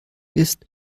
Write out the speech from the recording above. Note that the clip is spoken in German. ist